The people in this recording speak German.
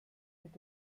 mit